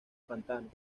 pantanos